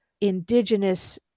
indigenous